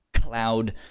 cloud